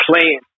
playing